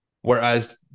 Whereas